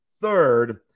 third